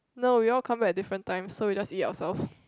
no we all come back at different times so we just eat ourselves